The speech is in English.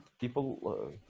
people